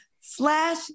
slash